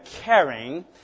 caring